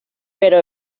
pero